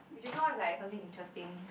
we should come up with like something interesting